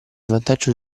vantaggio